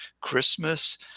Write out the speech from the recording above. Christmas